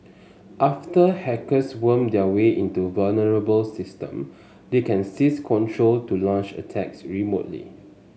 after hackers worm their way into vulnerable system they can seize control to launch attacks remotely